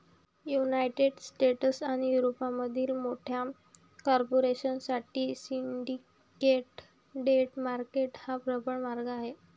United States आणि युरोपमधील मोठ्या कॉर्पोरेशन साठी सिंडिकेट डेट मार्केट हा प्रबळ मार्ग आहे